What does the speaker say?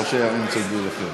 לא שהם יוצמדו אליכם.